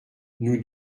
nous